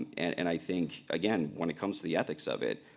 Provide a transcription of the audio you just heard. and and i think, again, when it comes to the ethics of it,